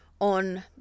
on